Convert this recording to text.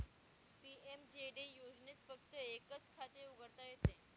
PMJD योजनेत फक्त एकच खाते उघडता येते